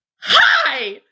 hi